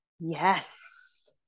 Yes